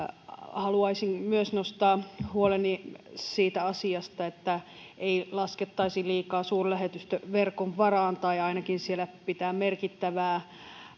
haluaisin myös nostaa huoleni siitä asiasta että ei laskettaisi liikaa suurlähetystöverkon varaan tai ainakin siellä pitää merkittävää